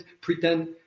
pretend